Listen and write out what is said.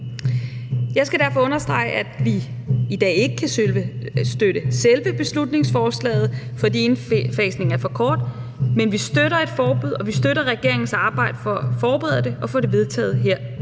Jeg skal derfor understrege, at vi i dag ikke kan støtte selve beslutningsforslaget, fordi indfasningen er for kort, men vi støtter et forbud, og vi støtter regeringens arbejde for at forberede det og få det vedtaget her